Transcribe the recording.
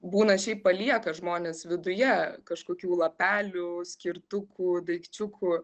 būna šiaip palieka žmonės viduje kažkokių lapelių skirtukų daikčiukų